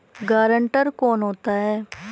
Guarantor कौन होता है?